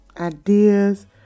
ideas